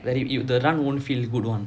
very you you the run won't feel good [one]